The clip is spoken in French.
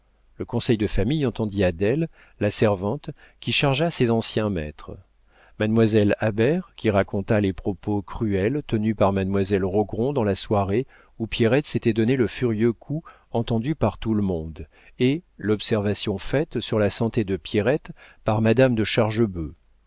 le conseil de famille entendit adèle la servante qui chargea ses anciens maîtres mademoiselle habert qui raconta les propos cruels tenus par mademoiselle rogron dans la soirée où pierrette s'était donné le furieux coup entendu par tout le monde et l'observation faite sur la santé de pierrette par madame de chargebœuf